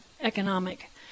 economic